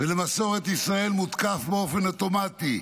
ולמסורת ישראל מותקף באופן אוטומטי,